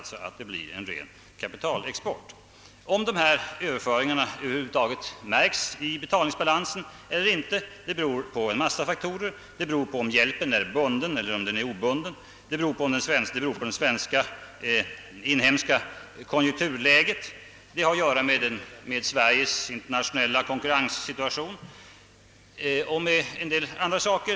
Då blir det alltså en ren kapitalexport. Om dessa överföringar över huvud taget märks i betalningsbalansen eller inte beror på en mängd faktorer — om hjälpen är bunden eller obunden och på konjunkturläget här i Sverige, det har med Sveriges internationella konkurrenssituation att göra, och en del andra saker.